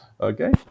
Okay